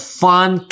fun